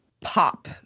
pop